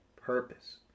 purpose